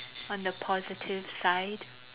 on the positive side